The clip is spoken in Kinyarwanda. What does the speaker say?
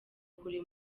kure